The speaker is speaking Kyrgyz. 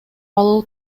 алуу